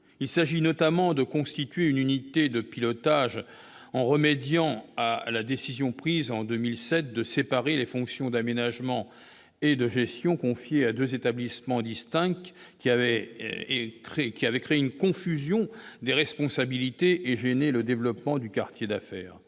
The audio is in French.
Il s'agit notamment de constituer une unité de pilotage en remédiant à la décision prise en 2007 de séparer les fonctions d'aménagement et de gestion confiées à deux établissements distincts, décision qui avait créé une confusion des responsabilités et gêné le développement du quartier d'affaires.